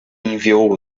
enviou